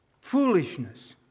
foolishness